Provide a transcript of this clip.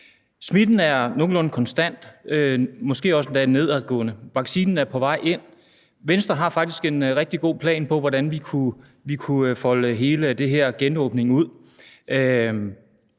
Smitten er nogenlunde konstant, måske endda for nedadgående; vaccinen er på vej ind. Venstre har faktisk en rigtig god plan for, hvordan vi kunne folde hele den her genåbning ud,